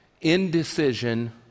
indecision